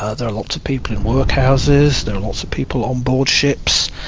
ah there are lots of people in workhouses, there are lots of people on board ships,